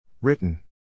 Written